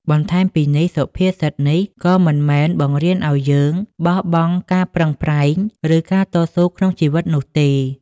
បន្ថែមពីនេះ សុភាសិតនេះក៏មិនមែនបង្រៀនឱ្យយើងបោះបង់ការប្រឹងប្រែង ឬការតស៊ូក្នុងជីវិតនោះទេ។